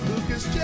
Lucas